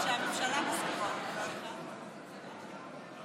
הממשלה כרגע הודיעה שהיא